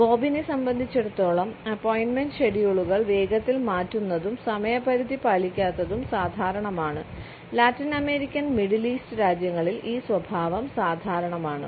ബോബിനെ സംബന്ധിച്ചിടത്തോളം അപ്പോയിന്റ്മെന്റ് ഷെഡ്യൂളുകൾ വേഗത്തിൽ മാറ്റുന്നതും സമയപരിധി പാലിക്കാത്തതും സാധാരണമാണ് ലാറ്റിനമേരിക്കൻ മിഡിൽ ഈസ്റ്റ് രാജ്യങ്ങളിൽ ഈ സ്വഭാവം സാധാരണമാണ്